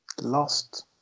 lost